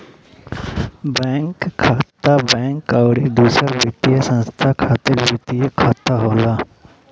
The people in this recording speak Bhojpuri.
बैंक खाता, बैंक अउरी दूसर वित्तीय संस्था खातिर वित्तीय खाता होला